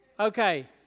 Okay